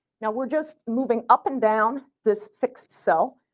yeah we're just moving up and down this fixed cell